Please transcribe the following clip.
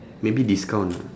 maybe discount ah